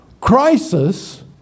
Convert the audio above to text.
Crisis